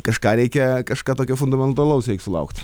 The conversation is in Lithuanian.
kažką reikia kažką tokio fundamentalaus reik sulaukt